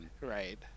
right